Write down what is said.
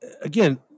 again